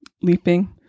leaping